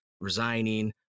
resigning